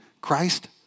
Christ